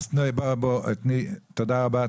תודה רבה.